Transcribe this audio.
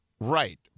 Right